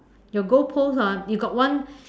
your goal post ah you got one